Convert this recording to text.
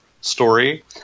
story